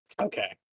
okay